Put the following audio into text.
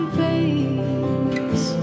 face